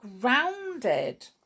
grounded